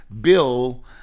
bill